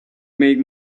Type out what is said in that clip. make